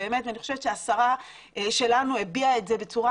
אני חושבת שהשרה שלנו הביעה את זה בצורה